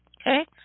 okay